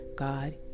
God